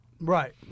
Right